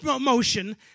motion